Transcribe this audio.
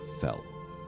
fell